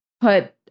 put